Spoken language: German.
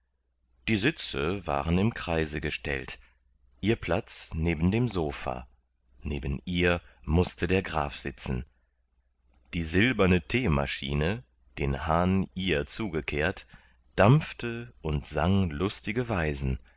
die sitze waren im kreise gestellt ihr platz neben dem sofa neben ihr mußte der graf sitzen die silberne teemaschine den hahn ihr zugekehrt dampfte und sang lustige weisen